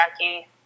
jackie